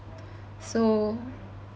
so